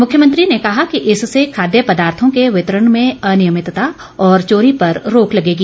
मुख्यमंत्री ने कहा कि इससे खाद्य पदार्थो के वितरण में अनियमितता और चोरी पर रोक लगेगी